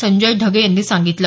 संजय ढगे यांनी सांगितलं